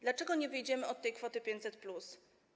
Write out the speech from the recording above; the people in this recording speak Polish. Dlaczego nie wyjdziemy od tej kwoty 500+?